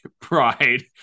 pride